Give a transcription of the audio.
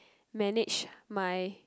manage my